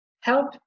help